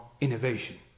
innovation